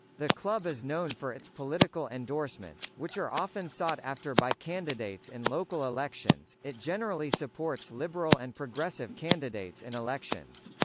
the club is known for its political endorsements, which are often sought after by candidates in local elections it generally supports liberal and progressive candidates in elections.